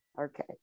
Okay